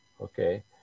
Okay